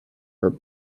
her